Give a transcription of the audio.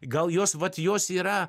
gal jos vat jos yra